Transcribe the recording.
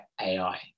AI